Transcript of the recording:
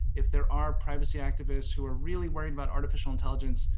if there are privacy activists who are really worried about artificial intelligence,